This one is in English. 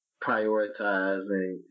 prioritizing